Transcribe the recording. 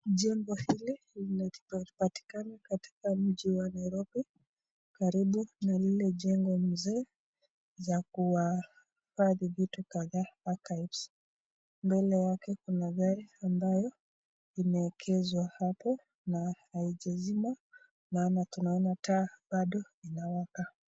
Jengo hili linapatikana katika mji wa Nairobi, karibu na lile jengo mzee za kuwahifadhi vitu kadhaa Archives ,mbele yake kuna gari ambayo imeekezwa hapo na haijazima maana tunaona taa bado inawaka.